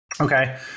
Okay